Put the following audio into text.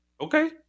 okay